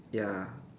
ya